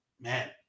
man